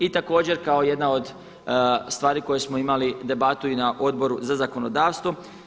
I također kao jedna od stvari koje smo imali debatu i na Odboru za zakonodavstvo.